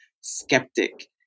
skeptic